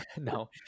no